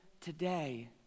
today